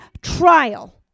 trial